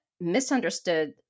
misunderstood